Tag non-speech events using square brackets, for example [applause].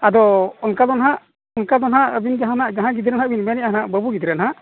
ᱟᱫᱚ ᱚᱱᱠᱟᱫᱚ ᱱᱟᱦᱟᱜ ᱚᱱᱠᱟᱫᱚ ᱱᱟᱦᱟᱜ ᱟᱹᱵᱤᱱ [unintelligible] ᱡᱟᱦᱟᱸᱭ ᱜᱤᱫᱽᱨᱟᱹ ᱦᱟᱜ ᱵᱤᱱ ᱢᱮᱱᱮᱫᱼᱟ ᱦᱟᱜ ᱵᱟᱹᱵᱩ ᱜᱤᱫᱽᱨᱟᱹ ᱱᱟᱦᱟᱜ